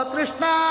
Krishna